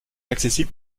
accessible